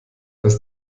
das